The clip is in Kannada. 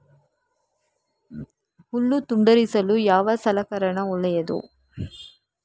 ಹುಲ್ಲು ತುಂಡರಿಸಲು ಯಾವ ಸಲಕರಣ ಒಳ್ಳೆಯದು?